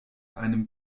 einem